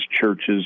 churches